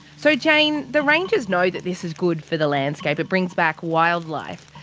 so, jane, the rangers know that this is good for the landscape. it brings back wildlife.